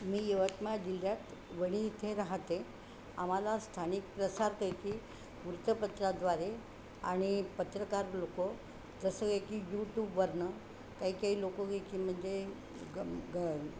मी यवतमाळ जिल्ह्यात वणी इथे राहाते आम्हाला स्थानिक प्रसारपैकी वृत्तपत्राद्वारे आणि पत्रकार लोक जसं काय की यूट्यूबवरनं काही काही लोक काय की म्हणजे गम ग